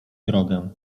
drogę